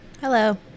Hello